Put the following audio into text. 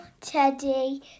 Teddy